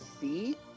see